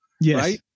Yes